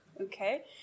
okay